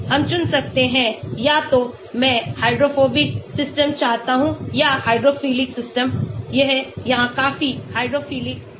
हम चुन सकते हैं या तो मैं हाइड्रोफोबिक सिस्टम चाहता हूं या हाइड्रोफिलिक सिस्टम यह यहां काफी हाइड्रोफिलिक है